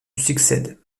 succède